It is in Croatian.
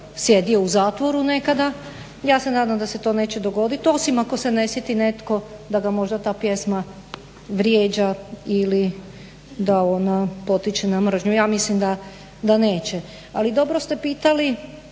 sjedio u zatvoru nekada? Ja se nadam da se to neće dogodit, osim ako se ne sjeti netko da ga možda ta pjesma vrijeđa ili da ona potiče na mržnju. Ja mislim da neće. Ali dobro ste pitali